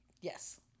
Yes